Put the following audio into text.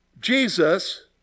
Jesus